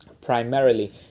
primarily